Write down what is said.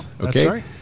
Okay